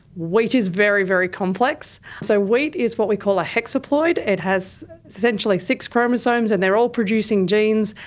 wheat is very, very complex. so wheat is what we call a hexaploid. it has essentially six chromosomes and they are all producing genes,